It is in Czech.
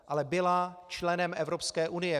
Ale byla členem Evropské unie.